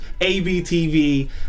ABTV